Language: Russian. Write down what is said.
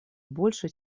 больше